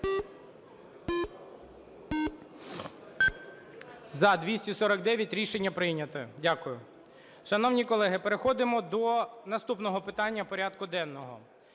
За-249 Рішення прийнято. Дякую. Шановні колеги, переходимо до наступного питання порядку денного.